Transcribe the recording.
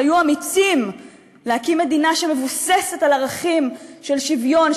שהיו אמיצים להקים מדינה שמבוססת על ערכים של שוויון,